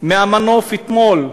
מהמנוף אתמול,